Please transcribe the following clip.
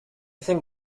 think